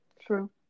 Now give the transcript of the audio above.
true